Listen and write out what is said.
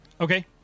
Okay